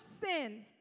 sin